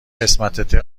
قسمتمه